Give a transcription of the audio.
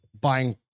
buying